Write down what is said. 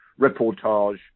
reportage